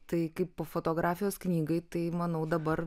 tai kaip po fotografijos knygai tai manau dabar